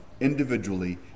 individually